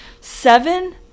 Seven